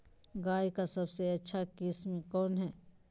गाय का सबसे अच्छा किस्म कौन हैं?